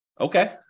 Okay